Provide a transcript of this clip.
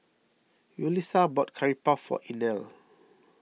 Yulisa bought Curry Puff for Inell